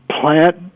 plant